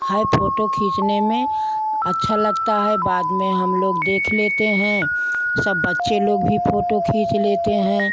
है फ़ोटो खींचने में अच्छा लगता है बाद में हम लोग देख लेते हैं सब बच्चे लोग भी फ़ोटो खींच लेते हैं